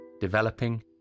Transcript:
developing